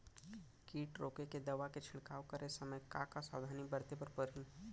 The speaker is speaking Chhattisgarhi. किट रोके के दवा के छिड़काव करे समय, का का सावधानी बरते बर परही?